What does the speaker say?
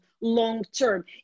long-term